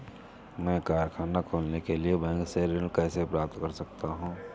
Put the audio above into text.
मैं कारखाना खोलने के लिए बैंक से ऋण कैसे प्राप्त कर सकता हूँ?